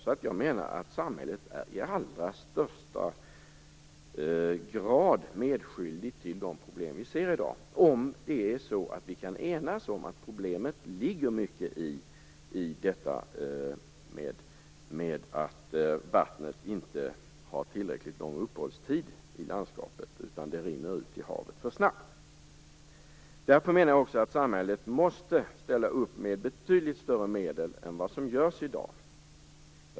Jag menar alltså att samhället i allra högsta grad är medskyldigt till de problem vi ser i dag - om vi kan enas om att mycket av problemet ligger i att vattnet inte har tillräckligt lång uppehållstid i landskapet utan rinner ut i havet för snabbt. Därför menar jag också att samhället måste ställa upp med betydligt större medel än vad som görs i dag.